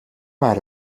out